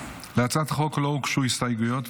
להצעת החוק לא הוגשו הסתייגויות,